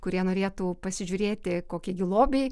kurie norėtų pasižiūrėti kokie gi lobiai